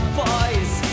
boys